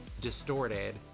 distorted